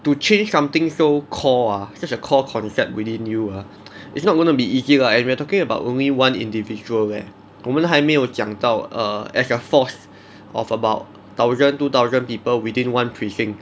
to change something so core ah such a core concept within you ah it's not gonna be easy lah and we're talking about only one individual leh 我们还没有讲到 err as a force of about thousand two thousand people within one precinct